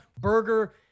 Burger